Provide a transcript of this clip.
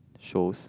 shows